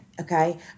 Okay